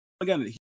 again